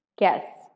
Yes